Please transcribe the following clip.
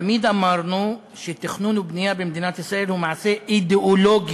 תמיד אמרנו שתכנון ובנייה במדינת ישראל הם מעשה אידיאולוגי.